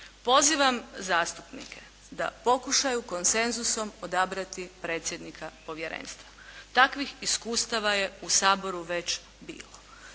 Pozivam zastupnike da pokušaju konsenzusom odabrati predsjednika povjerenstva. Takvih iskustava je u Saboru već bilo.